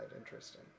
interesting